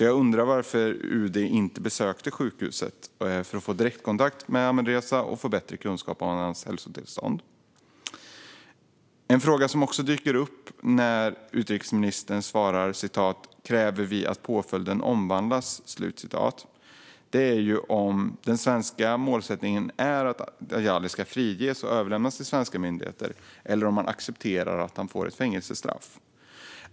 Jag undrar därför varför UD inte besökte sjukhuset för att få direktkontakt med Ahmadreza och bättre kunskap om hans hälsotillstånd. En annan fråga dyker upp när utrikesministern svarar "kräver vi att påföljden omvandlas". Är inte den svenska målsättningen att Djalali ska friges och överlämnas till svenska myndigheter? Eller accepterar man att han får ett fängelsestraff?